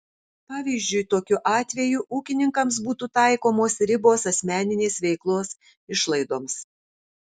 pavyzdžiui tokiu atveju ūkininkams būtų taikomos ribos asmeninės veiklos išlaidoms